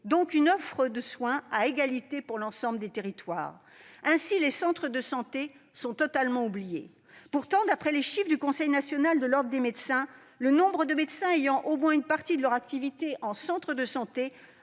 donc une offre de soins égale pour l'ensemble des territoires. Ainsi, les centres de santé sont totalement oubliés. Pourtant d'après les chiffres du Conseil national de l'ordre des médecins, le nombre de médecins exerçant au moins une partie de leur activité en centre de santé